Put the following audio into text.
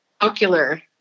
ocular